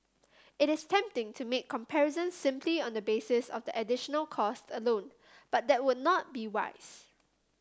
it is tempting to make comparisons simply on the basis of the additional cost alone but that would not be wise